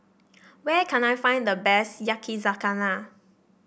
where can I find the best Yakizakana